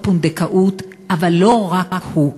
כמו למשל חוק הפונדקאות, אבל לא רק הוא.